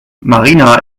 marina